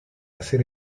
hacer